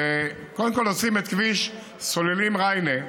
קודם כול, עושים את כביש סוללים ריינה,